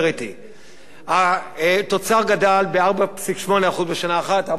התוצר גדל ב-4.8% בשנה אחת, 4.6% בשנה השנייה.